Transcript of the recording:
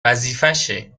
وظیفشه